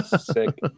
Sick